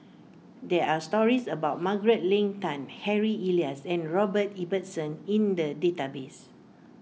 there are stories about Margaret Leng Tan Harry Elias and Robert Ibbetson in the database